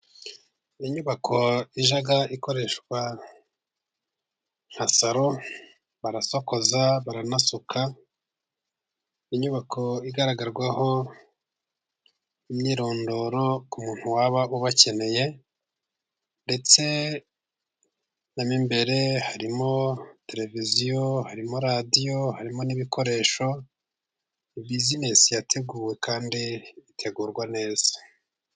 Inyubako ijya ikoreshwa nka salo barasokoza baranasuka, inyubako igaragarwaho imyirondoro ku muntu waba ubakeneye, ndetse na mo imbere harimo televiziyo harimo radiyo harimo n'ibikoresho, buzinesi yateguwe kandi itegurwa neza.